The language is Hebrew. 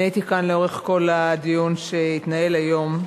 אני הייתי כאן לאורך כל הדיון שהתנהל היום,